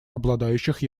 обладающих